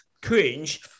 cringe